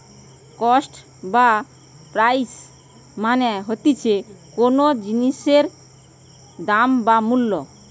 cost বা price মানে হতিছে কোনো জিনিসের দাম বা মূল্য